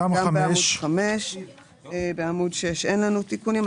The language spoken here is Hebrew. גם בעמוד 5. בעמוד 6 אין לנו תיקונים.